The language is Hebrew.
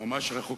את החמץ כבר